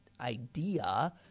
idea